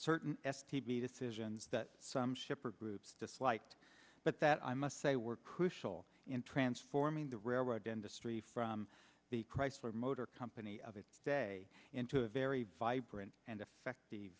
certain s p v decisions that some shipper groups disliked but that i must say were crucial in transforming the railroad industry from the chrysler motor company of its day into a very vibrant and affect the